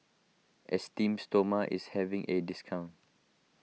Esteem Stoma is having a discount